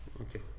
Okay